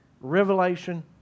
revelation